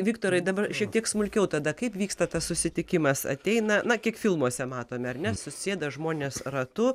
viktorai dabar šiek tiek smulkiau tada kaip vyksta tas susitikimas ateina na kiek filmuose matome ar ne susėda žmonės ratu